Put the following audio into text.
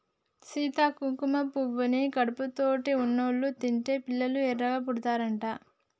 సీత కుంకుమ పువ్వుని కడుపుతోటి ఉన్నోళ్ళు తింటే పిల్లలు ఎర్రగా పుడతారట